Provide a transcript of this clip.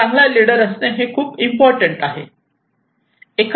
चांगला लीडर असणे खूप इम्पॉर्टंट आहे